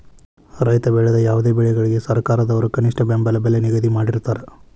ರೈತ ಬೆಳೆದ ಯಾವುದೇ ಬೆಳೆಗಳಿಗೆ ಸರ್ಕಾರದವ್ರು ಕನಿಷ್ಠ ಬೆಂಬಲ ಬೆಲೆ ನ ನಿಗದಿ ಮಾಡಿರ್ತಾರ